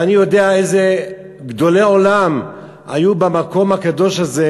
ואני יודע איזה גדולי עולם היו במקום הקדוש הזה,